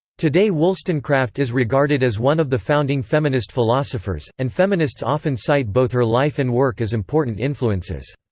today wollstonecraft is regarded as one of the founding feminist philosophers, and feminists often cite both her life and work as important influences.